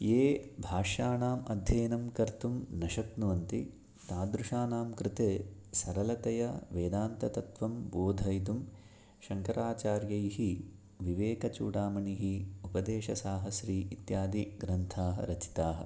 ये भाष्याणाम् अध्ययनं कर्तुं न शक्नुवन्ति तादृशानां कृते सरलतया वेदान्ततत्वं बोधयितुं शङ्कराचार्यैः विवेकचूडामणिः उपदेशसाहस्रि इत्यादिग्रन्थाः रचिताः